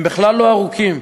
הם בכלל לא ארוכים,